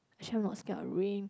actually I'm not scared of rain